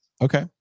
okay